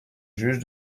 juge